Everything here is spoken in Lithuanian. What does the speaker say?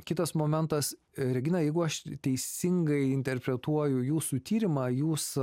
kitas momentas regina jeigu aš teisingai interpretuoju jūsų tyrimą jūs